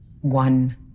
One